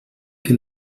que